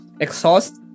exhaust